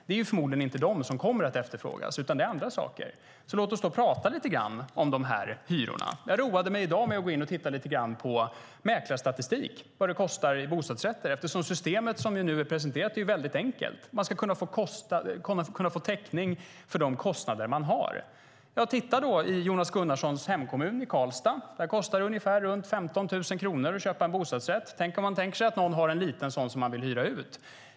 Det är förmodligen inte de som kommer att efterfrågas, utan andra. Låt oss prata lite grann om hyrorna. Jag roade mig i dag med att titta på mäklarstatistik över vad det kostar att hyra i bostadsrätter. Det system som vi har presenterat är väldigt enkelt. Man ska kunna få täckning för de kostnader man har för bostaden. I Jonas Gunnarssons hemkommun, Karlstad, kostar det ungefär runt 15 000 kronor att köpa en bostadsrätt. Tänk att man har en liten sådan som man vill hyra ut.